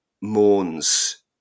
mourns